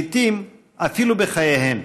לעיתים אפילו בחייהן.